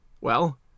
Well